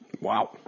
Wow